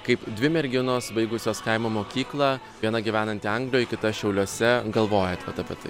kaip dvi merginos baigusios kaimo mokyklą viena gyvenanti anglijoj kita šiauliuose galvojat vat apie tai